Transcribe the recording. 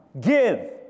Give